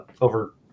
over